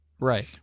Right